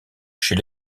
chez